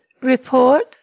report